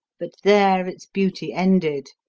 but there its beauty ended.